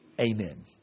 Amen